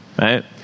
right